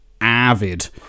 avid